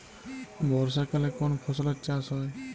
বর্ষাকালে কোন ফসলের চাষ হয়?